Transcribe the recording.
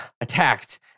attacked